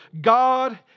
God